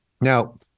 Now